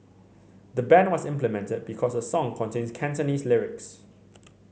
the ban was implemented because the song contains Cantonese lyrics